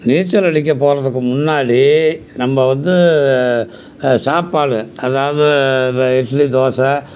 நீச்சல் அடிக்கப் போகிறதுக்கு முன்னாடி நம்ம வந்து சாப்பாடு அதாவது இந்த இட்லி தோசை